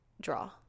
draw